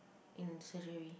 in surgery